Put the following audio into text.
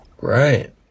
Right